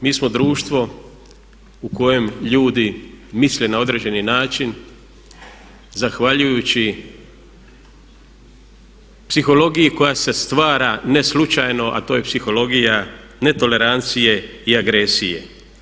Mi smo društvo u kojem ljudi misle na određeni način zahvaljujući psihologiji koja se stvara ne slučajno a to je psihologija ne tolerancije i agresije.